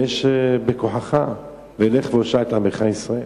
ויש בכוחך, ולך והושע את עמך ישראל.